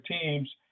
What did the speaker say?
teams